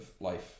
life